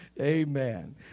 Amen